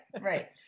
right